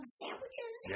sandwiches